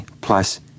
plus